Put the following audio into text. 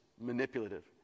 manipulative